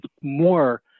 more